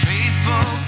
Faithful